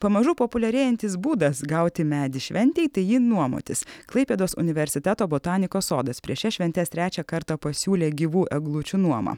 pamažu populiarėjantis būdas gauti medį šventei tai jį nuomotis klaipėdos universiteto botanikos sodas prieš šias šventes trečią kartą pasiūlė gyvų eglučių nuomą